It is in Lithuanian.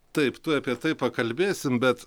taip tuoj apie tai pakalbėsim bet